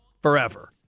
Forever